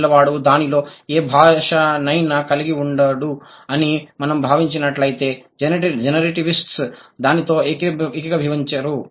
పిల్లవాడు దానిలో ఏ భాషనైనా కలిగి ఉండడు అని మనం భావించినట్లయితే జనరేటివిస్ట్ దానితో ఏకీభవించరు